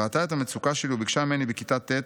ראתה את המצוקה שלי וביקשה ממני בכיתה ט'